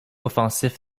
offensif